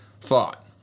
thought